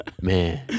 Man